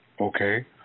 okay